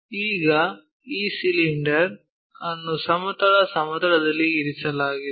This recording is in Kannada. ಈಗ ಈ ಸಿಲಿಂಡರ್ ಅನ್ನು ಸಮತಲ ಸಮತಲದಲ್ಲಿ ಇರಿಸಲಾಗಿದೆ